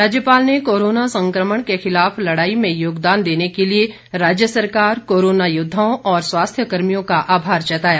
राज्यपाल ने कोरोना संक्रमण के खिलाफ लड़ाई में योगदान देने के लिए राज्य सरकार कोरोना योद्वाओं और स्वास्थ्य कर्मियों का आभार जताया